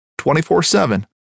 24-7